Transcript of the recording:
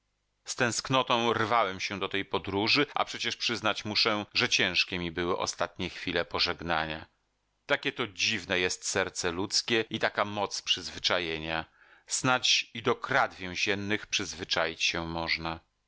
tęsknotą rwałem się do tej podróży a przecież przyznać muszę że ciężkie mi były ostatnie chwile pożegnania takie to dziwne jest serce ludzkie i taka moc przyzwyczajenia snadź i do krat więziennych przyzwyczaić się można